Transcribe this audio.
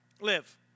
live